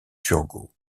turgot